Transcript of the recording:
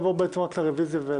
הרביזיה.